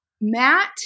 Matt